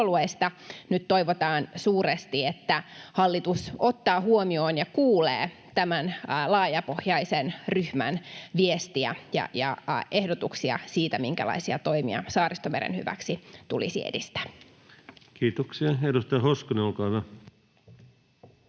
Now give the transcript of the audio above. Nyt toivotaan suuresti, että hallitus ottaa huomioon ja kuulee tämän laajapohjaisen ryhmän viestiä ja ehdotuksia siitä, minkälaisia toimia Saaristomeren hyväksi tulisi edistää. Kiitoksia. — Edustaja Hoskonen, olkaa hyvä.